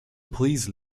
please